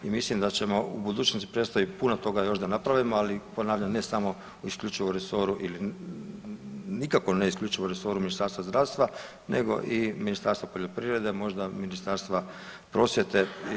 I mislim da ćemo u budućnosti predstaviti puno toga još da napravimo, ali ponavljam ne samo u isključivo u resoru, nikako ne isključivo u resoru Ministarstva zdravstva nego i Ministarstva poljoprivrede, možda Ministarstva prosvjete.